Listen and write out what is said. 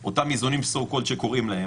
כי זה מצויין וכי זה נותן לנו מידע על יישום התקנות.